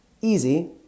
easy